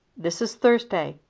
this is thursday.